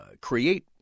create